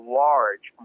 large